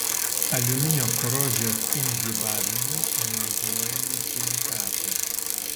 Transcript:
aliuminio korozijos inhibavimui naudojami silikatai